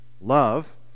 love